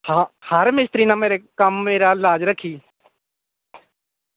सारे मिस्तरी नै मेरे कम्म मेरी लाज़ रक्खी